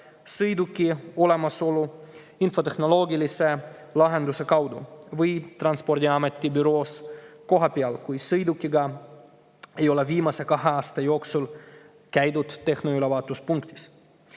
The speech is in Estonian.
sõiduki olemasolu infotehnoloogilise lahenduse kaudu või Transpordiameti büroos kohapeal, kui sõidukiga ei ole viimase kahe aasta jooksul käidud tehnoülevaatuspunktis.